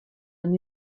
and